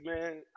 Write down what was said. man